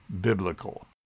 biblical